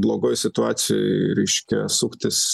blogoj situacijoj reiškia suktis